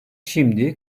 şimdi